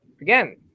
again